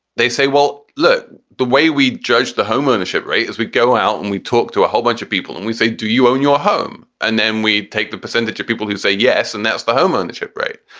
they say, well, look, the way we judge the homeownership rate is we go out and we talk to a whole bunch of people and we say, do you own your home? and then we take the percentage of people who say yes, and that's the homeownership rate.